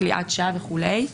כליאת שווא וכולי.